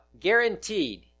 guaranteed